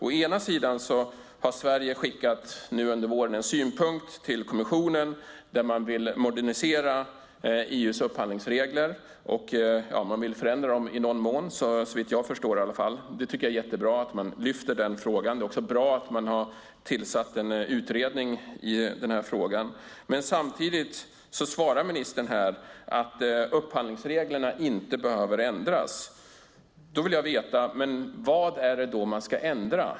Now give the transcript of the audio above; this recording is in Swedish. Å ena sidan har Sverige nu under våren skickat en synpunkt till kommissionen där man vill modernisera EU:s upphandlingsregler och i någon mån förändra dem, såvitt jag förstår i alla fall. Jag tycker att det är jättebra att man lyfter fram den frågan. Det är också bra att man har tillsatt en utredning. Å andra svarar ministern här att upphandlingsreglerna inte behöver ändras. Då vill jag veta vad det är man ska ändra.